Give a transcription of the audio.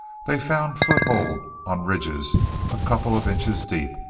they found foothold on ridges a couple of inches deep,